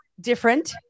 different